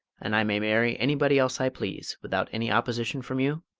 and i may marry anybody else i please, without any opposition from you?